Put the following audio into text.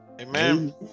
amen